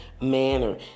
manner